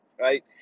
Right